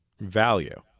value